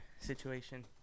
situation